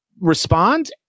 respond